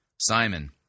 Simon